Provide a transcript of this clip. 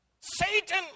Satan